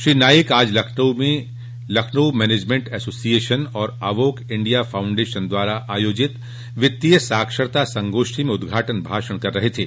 श्री नाईक आज लखनऊ में Lucknow management association और अवोक इंडिया फाउण्डेशन द्वारा आयोजित वित्तीय साक्षरता संगोष्ठी में उदघाटन भाषण दे रहे थे